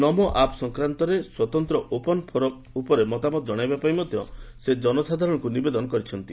ନମୋ app ସଂକ୍ରାନ୍ତରେ ସ୍ୱତନ୍ତ open forum ଉପରେ ମତାମତ ଜଣାଇବା ପାଇଁ ମଧ୍ୟ ସେ ଜନସାଧାରଣଙ୍କୁ ନିବେଦନ କରିଛନ୍ତି